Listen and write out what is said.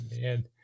man